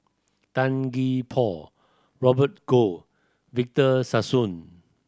Tan Gee Paw Robert Goh Victor Sassoon